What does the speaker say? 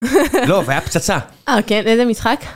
לא, והיה פצצה. אוקיי איזה משחק.